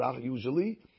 usually